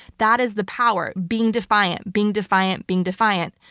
that is the power. being defiant, being defiant, being defiant.